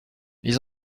ils